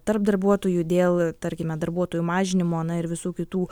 tarp darbuotojų dėl tarkime darbuotojų mažinimo na ir visų kitų